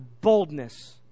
boldness